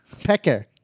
Pecker